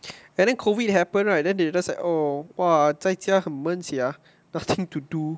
and then COVID happen right then they just like oh !wah! 在家很闷 sia nothing to do